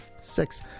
six